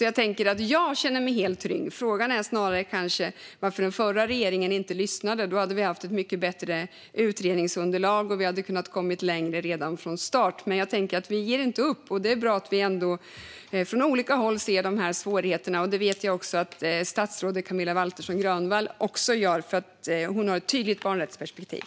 Jag känner mig därför helt trygg. Frågan är kanske snarare varför den förra regeringen inte lyssnade. Då hade vi haft ett mycket bättre utredningsunderlag, och vi hade kunnat komma längre redan från start. Men vi ger inte upp, och det är bra att vi från olika håll ser svårigheterna. Jag vet att också statsrådet Camilla Waltersson Grönvall gör det, för hon har ett tydligt barnrättsperspektiv.